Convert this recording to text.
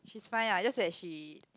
she's fine lah just that she